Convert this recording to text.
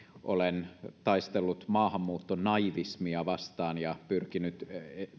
olen taistellut maahanmuuttonaivismia vastaan ja pyrkinyt